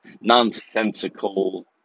nonsensical